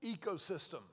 ecosystem